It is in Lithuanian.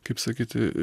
kaip sakyti